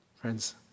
Friends